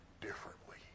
differently